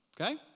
Okay